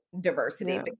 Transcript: diversity